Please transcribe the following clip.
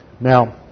Now